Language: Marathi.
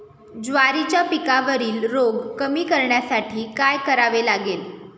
ज्वारीच्या पिकावरील रोग कमी करण्यासाठी काय करावे लागेल?